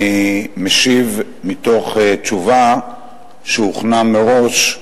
אני משיב מתוך תשובה שהוכנה מראש,